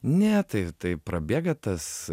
ne tai tai prabėga tas